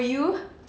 will you